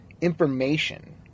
information